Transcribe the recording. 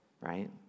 right